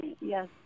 Yes